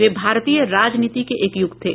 वे भारतीय राजनीति के एक युग थे